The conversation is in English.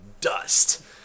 dust